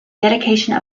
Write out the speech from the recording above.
dedication